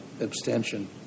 abstention